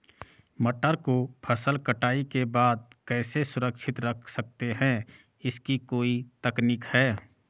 मटर को फसल कटाई के बाद कैसे सुरक्षित रख सकते हैं इसकी कोई तकनीक है?